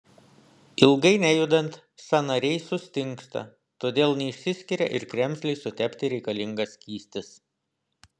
ilgai nejudant sąnariai sustingsta todėl neišsiskiria ir kremzlei sutepti reikalingas skystis